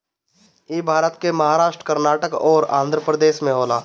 इ भारत के महाराष्ट्र, कर्नाटक अउरी आँध्रप्रदेश में होला